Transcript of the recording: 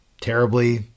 terribly